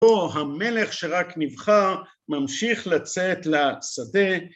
פה המלך שרק נבחר ממשיך לצאת לשדה